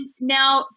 now